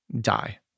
die